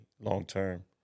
long-term